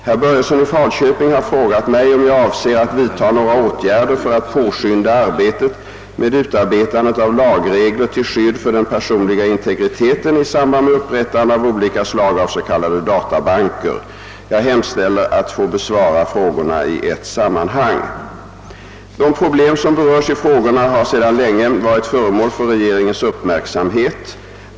Herr Börjesson i Falköping har frågat mig, om jag avser att vidta några åtgärder för att påskynda arbetet med utarbetandet av lagregler till skydd för den personliga integriteten i samband med upprättandet av olika slag av s.k. data banker. Jag hemställer att få besvara frågorna i ett sammanhang. De problem som berörs i frågorna har sedan länge varit föremål för regeringens uppmärksamhet.